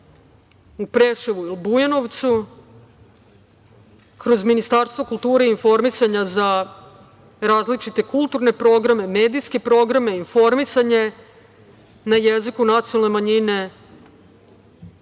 u Preševu ili u Bujanovcu kroz Ministarstvo kulture i informisanja za različite kulturne programe, medijske programe, informisanje na jeziku nacionalne manjine,